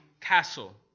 Castle